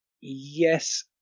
Yes